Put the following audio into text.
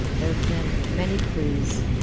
there have been many clues,